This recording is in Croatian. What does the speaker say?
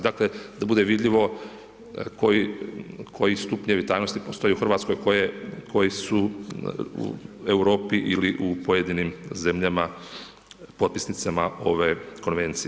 Dakle da bude vidljivo koji stupnjevi tajnosti postoje u Hrvatskoj, koji su u Europi ili u pojedinim zemljama potpisnicama ove Konvencije.